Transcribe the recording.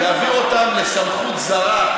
לסמכות זרה,